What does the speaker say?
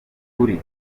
kuri